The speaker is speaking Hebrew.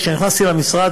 כשנכנסתי למשרד,